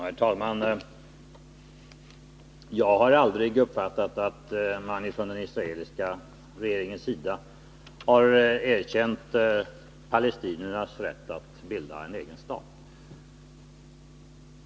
Herr talman! Jag har aldrig uppfattat att man från den israeliska regeringens sida har erkänt palestiniernas rätt att bilda en egen stat.